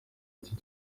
nshya